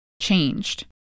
changed